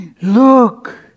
look